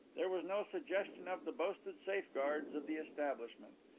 there was no suggestion of the boasted safeguards of the establishment.